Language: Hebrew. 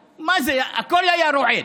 הכול היה רועד,